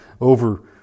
over